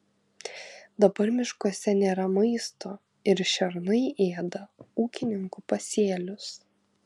dabar miškuose nėra maisto ir šernai ėda ūkininkų pasėlius